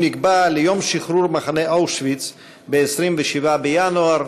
והוא נקבע ליום שחרור מחנה אושוויץ ב-27 בינואר.